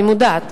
והיא מודעת,